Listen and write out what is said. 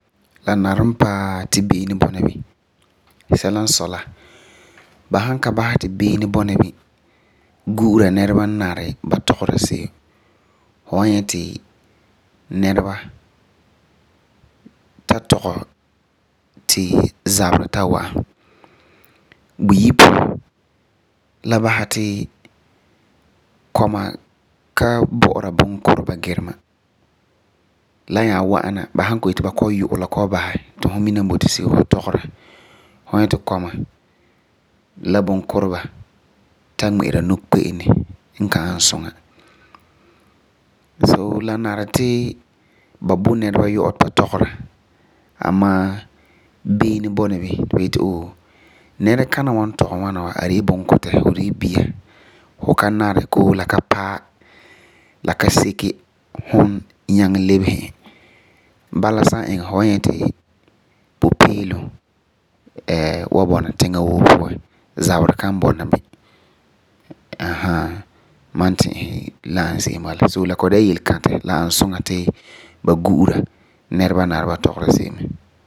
La nari mɛ paa ti beene bɔna bini. Sɛla n sɔi la, ba san ka basɛ ti beene bɔna bini gu'ura nɛreba n nari ba tɔgera se'em, fu wan nyɛ ti nɛreba ta tɔgɛ ti zaberɛ ta wa'am. Buyi ouan, la basɛ ri kɔma kan bo'ora bunkureba girema. So la nari ti ba bo nɛreba yɔ'ɔ ti ba tɔgera amaa beene bɔna bini ti ba yeto ooo nɛrekana wa n tɔgɛ ŋwana a de la bunkutɛ, fu de la bia, la ka seke ti fu lebese e. Bala san iŋɛ, fu wan nyɛ ti pupeelum wa bɔna tiŋa woo puan, zaberɛ kan bɔna bini. La ani suŋa ti ba gu'ura nɛreba n nari ba tɔgera se'em mɛ.